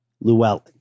Llewellyn